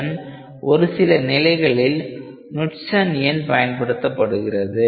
இதன் ஒரு சில நிலைகளில் க்னுட்ஸேன் எண் பயன்படுத்தப்படுகிறது